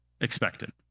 expected